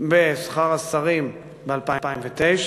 בשכר השרים ב-2009,